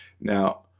Now